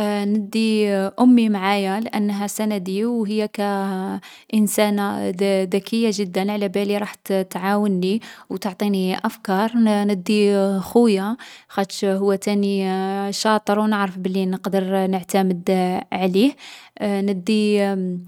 ندي أمي معايا لأنها سندي و هي كإنسانة ذكية جدا؛ علابالي رح تعاوني، و تعطيني أفكار. ندي خويا، خاطش هو تاني شاطر و نعرف بلي نقدر نعتمد عليه. ندي